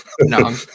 no